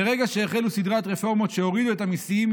מרגע שהחלו סדרת רפורמות שהורידו את המיסים,